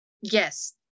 yes